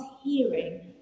hearing